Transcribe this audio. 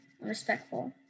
respectful